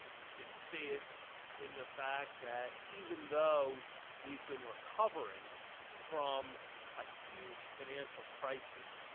you can see it in the fact that even though we've been recovering from a huge financial crisis,